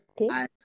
Okay